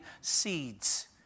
seeds